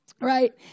Right